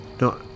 No